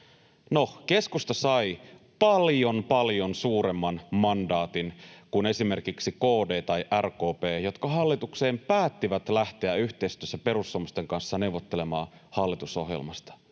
Keskusta sai paljon, paljon suuremman mandaatin kuin esimerkiksi KD tai RKP, jotka hallitukseen päättivät lähteä yhteistyössä perussuomalaisten kanssa neuvottelemaan hallitusohjelmasta.